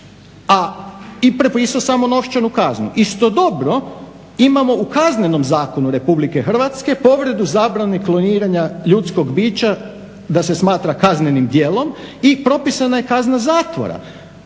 i propisao samo novčanu kaznu. Istodobno imamo u Kaznenom zakonu Republike Hrvatske povredu zabrane kloniranja ljudskog bića da se smatra kaznenim djelom i propisana je kazna zatvora.